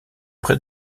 près